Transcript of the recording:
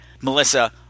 Melissa